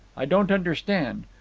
i don't understand.